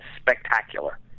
spectacular